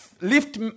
lift